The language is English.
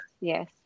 Yes